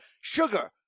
Sugar